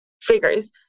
figures